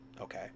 Okay